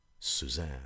suzanne